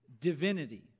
divinity